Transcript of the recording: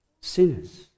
Sinners